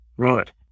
Right